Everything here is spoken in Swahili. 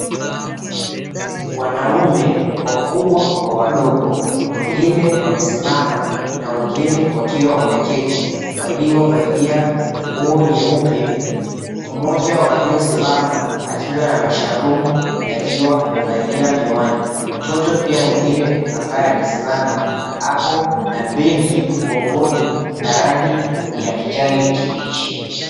Wanaume wakubwa kwa wadogo, wengine wamesimama na wengine wakiwa wameketi waliovalia nguo nyeupe. Mmoja wa waliosimama akiwa na masharubu na akiwa amevalia miwani. Mtoto pia mwingine ambaye amesimama ako na begi mgongoni la rangi ya kijani kibichi.